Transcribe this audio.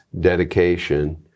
dedication